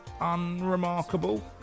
unremarkable